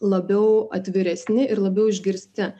labiau atviresni ir labiau išgirsti